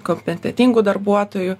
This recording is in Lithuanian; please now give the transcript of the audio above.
kompetentingų darbuotojų